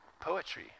poetry